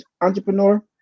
Entrepreneur